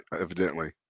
evidently